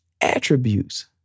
attributes